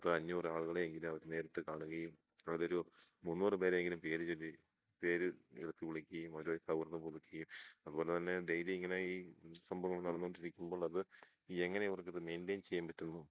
പത്ത് അഞ്ഞൂറ് ആളുകളെ എങ്കിലും അവർ നേരിട്ട് കാണുകയും അവർ ഒരു മുന്നൂറ് പേരെ എങ്കിലും പേര് ചൊല്ലി പേര് എടുത്ത് വിളിക്കുകയും അവരുവായി സൗഹൃദം പുതുക്കിയും അതുപോലെ തന്നെ ഡെയിലി ഇങ്ങനെ ഈ സംഭവങ്ങൾ നടന്നു കൊണ്ടിരിക്കുമ്പോൾ അത് ഈ എങ്ങനെ ഇവർക്ക് അത് മെയിൻ്റെയിൻ ചെയ്യാൻ പറ്റുന്നു